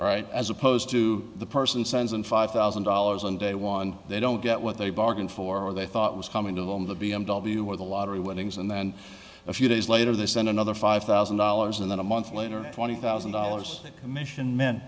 right as opposed to the person sends in five thousand dollars on day one they don't get what they bargained for when they thought it was coming to them the b m w or the lottery winnings and then a few days later they sent another five thousand dollars and then a month later twenty thousand dollars commission meant